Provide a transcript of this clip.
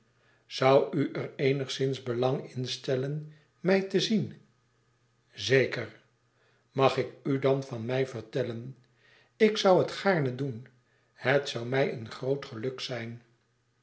zoû u er éenigszins belang in stellen mij te zien zeker mag ik u dan van mij vertellen ik zoû het gaarne doen het zoû mij een groot geluk zijn